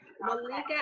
Malika